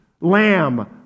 lamb